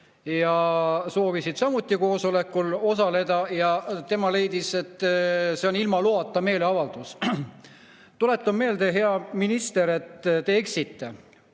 ja soovisid samuti koosolekul osaleda, ja tema leidis, et see oli ilma loata meeleavaldus. Tuletan meelde, hea minister, et te eksite.